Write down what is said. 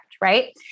right